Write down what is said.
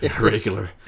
regular